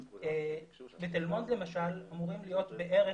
בתל מונד למשל אמורים להיות בערך,